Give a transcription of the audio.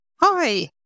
Hi